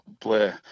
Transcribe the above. play